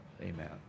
amen